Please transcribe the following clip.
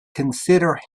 consider